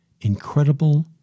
incredible